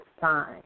sign